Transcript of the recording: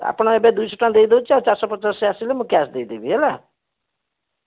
ହଉ ହଉ ଠିକ୍ଅଛି ଆପଣ ଏବେ ଦୁଇଶହ ଟଙ୍କା ଦେଇଦେଉଛି ଆଉ ଚାରିଶହ ପଚାଶ ସେ ଆସିଲେ ମୁଁ କ୍ୟାସ୍ ଦେଇଦେବି ହେଲା